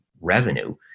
revenue